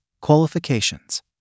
Qualifications